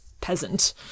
peasant